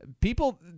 People